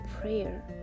prayer